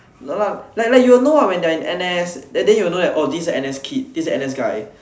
like like like you will know they are in N_S then you will know that this is a N_S kid this a N_S guy